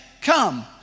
Come